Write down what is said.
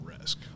risk